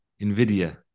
NVIDIA